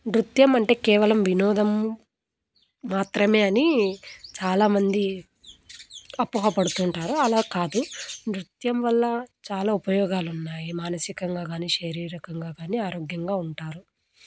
నృత్యం అంటే కేవలం వినోదం మాత్రమే అని చాలామంది అపోహ పడుతుంటారు అలా కాదు నృత్యం వల్ల చాలా ఉపయోగాలున్నాయి మానసికంగా కానీ శరీరకంగా కానీ ఆరోగ్యంగా ఉంటారు